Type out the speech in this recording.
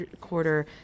quarter